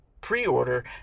pre-order